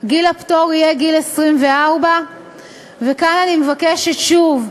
גיל הפטור יהיה גיל 24. וכאן אני מבקשת שוב,